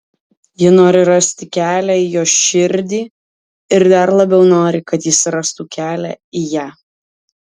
ji nori rasti kelią į jo širdį ir dar labiau nori kad jis rastų kelią į ją